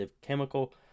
chemical